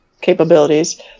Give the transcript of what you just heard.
capabilities